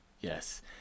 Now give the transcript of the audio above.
Yes